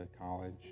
college